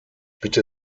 bitte